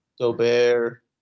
Gobert